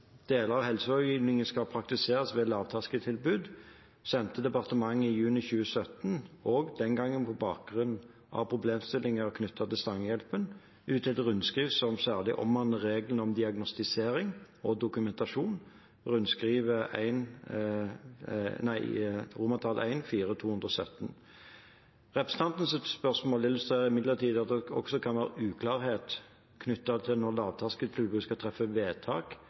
deler av helselovgivningen skal praktiseres ved lavterskeltilbud, sendte departementet i juni 2017 – også den gangen på bakgrunn av problemstillinger knyttet til Stangehjelpa – ut et rundskriv som særlig omhandlet reglene for diagnostisering og dokumentasjon: rundskriv I-4/2017. Representanten Andersens spørsmål illustrerer imidlertid at det også kan være uklarhet knyttet til når lavterskeltilbud skal treffe vedtak